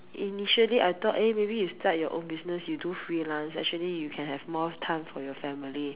and initially I thought eh maybe you start your own business you do freelance actually you can have more time for your family